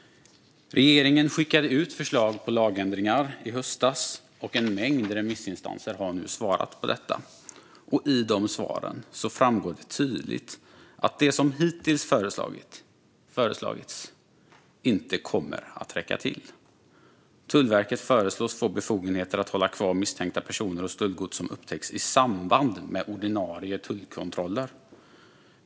Regeringen skickade i höstas ut förslag på lagändringar. En mängd remissinstanser har nu svarat, och det framgår tydligt av svaren att det som hittills föreslagits inte kommer att räcka. Tullverket föreslås få befogenhet att hålla kvar misstänkta personer och stöldgods som upptäcks i samband med ordinarie tullkontroller.